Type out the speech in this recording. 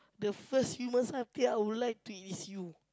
the first human satay I would like to eat is you